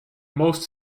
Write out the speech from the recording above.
most